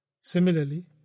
Similarly